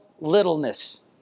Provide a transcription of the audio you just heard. littleness